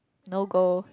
no go